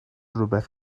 rhywbeth